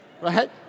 right